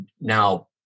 now